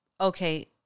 Okay